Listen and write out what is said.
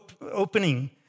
opening